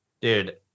Dude